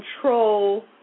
control